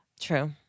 True